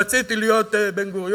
רציתי להיות בן-גוריון,